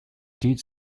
did